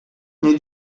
nie